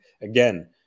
again